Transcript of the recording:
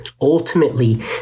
Ultimately